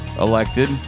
elected